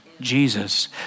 Jesus